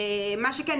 מה שכן,